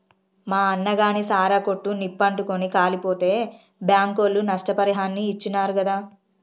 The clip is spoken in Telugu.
మా అన్నగాని సారా కొట్టు నిప్పు అంటుకుని కాలిపోతే బాంకోళ్లు నష్టపరిహారాన్ని ఇచ్చినారు గాదా